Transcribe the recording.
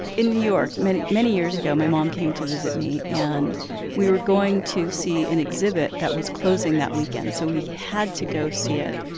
in new york, many many years ago, my mom came to visit me. and we were going to see an exhibit that was closing that weekend, so we had to go see it.